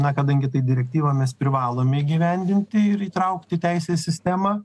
na kadangi tai direktyva mes privalome įgyvendinti ir įtraukti į teisės sistemą